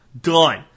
Done